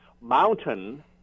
mountain